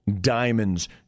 diamonds